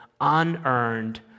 unearned